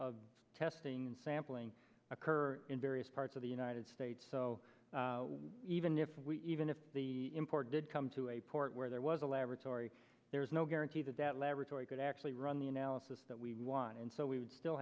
of testing and sampling occur in various parts of the united states so even if we even if the import did come to a port where there was a laboratory there is no guarantee that that laboratory could actually run the analysis that we want and so we would still